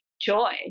joy